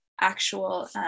actual